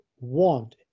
want